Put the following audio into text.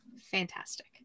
fantastic